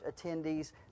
attendees